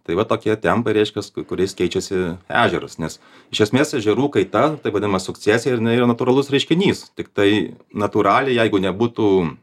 tai va tokie tempai reiškias kuris keičiasi ežeras nes iš esmės ežerų kaita taip vadinama sukcesija jinai yra natūralus reiškinys tiktai natūraliai jeigu nebūtų